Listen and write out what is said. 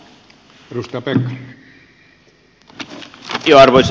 arvoisa puhemies